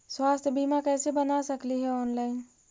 स्वास्थ्य बीमा कैसे बना सकली हे ऑनलाइन?